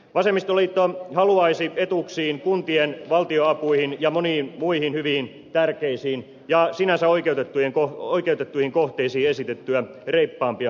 vasemmistoliitto haluaisi etuuksiin kuntien valtionapuihin ja moniin muihin hyviin tärkeisiin ja sinänsä oikeutettuihin kohteisiin esitettyä reippaampia panostuksia